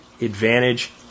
advantage